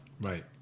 right